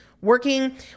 working